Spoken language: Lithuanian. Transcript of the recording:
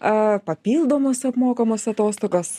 a papildomos apmokamos atostogos